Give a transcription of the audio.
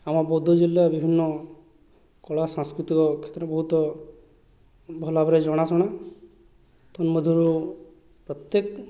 ଆମ ବୌଦ୍ଧ ଜିଲ୍ଲା ବିଭିନ୍ନ କଳା ସାଂସ୍କୃତିକ କ୍ଷେତ୍ରରେ ବହୁତ ଭଲ ଭାବରେ ଜଣାଶୁଣା ତନ୍ନମଧ୍ୟରୁ ପ୍ରତ୍ୟେକ